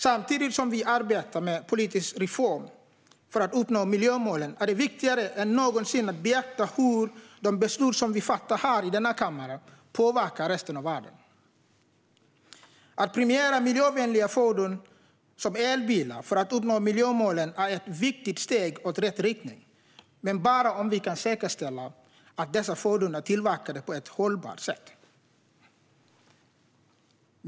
Samtidigt som vi arbetar med politisk reform för att uppnå miljömålen är det viktigare än någonsin att beakta hur de beslut vi fattar i denna kammare påverkar resten av världen. Att premiera miljövänliga fordon, som elbilar, för att uppnå miljömålen är ett viktigt steg i rätt riktning - men bara om vi kan säkerställa att dessa fordon är tillverkade på ett hållbart sätt.